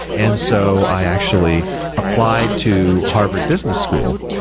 and so i actually applied to harvard business school,